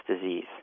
disease